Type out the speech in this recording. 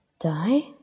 die